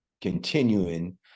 continuing